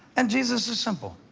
and jesus is simple.